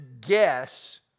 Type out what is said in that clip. guess